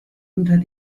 unter